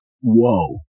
whoa